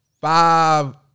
Five